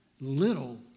little